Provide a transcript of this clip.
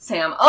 Sam